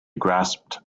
grasped